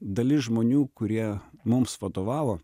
dalis žmonių kurie mums vadovavo